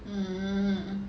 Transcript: mm